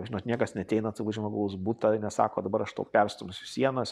žinot niekas neateina į žmogaus butą ir nesako dabar aš tau perstumsiu sienas